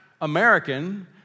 American